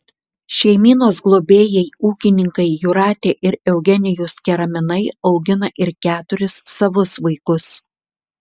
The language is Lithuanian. šeimynos globėjai ūkininkai jūratė ir eugenijus keraminai augina ir keturis savus vaikus